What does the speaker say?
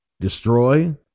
destroy